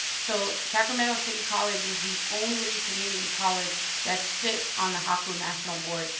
so sacramento city college is the only community college that sits on the haku national board.